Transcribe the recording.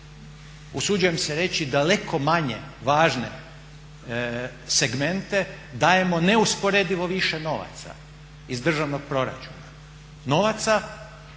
usuđujem se reći daleko manje važne segmente, dajemo neusporedivo više novaca iz državnog proračuna, novaca